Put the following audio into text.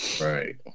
Right